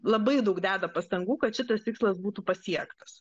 labai daug deda pastangų kad šitas tikslas būtų pasiektas